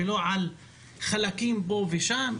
לא על חלקים פה ושם.